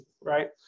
right